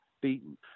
beaten